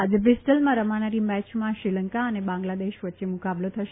આજે બ્રીસ્ટલમાં રમાનારી મેચમાં શ્રીલંકા અને બાંગ્લાદેશ વચ્ચે મુકાબલો થશે